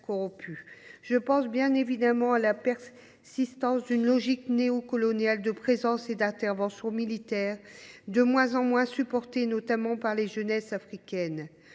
Je pense bien évidemment à la persistance d’une logique néocoloniale de présence et d’interventions militaires, de moins en moins supportée notamment par les jeunesses africaines.